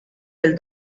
del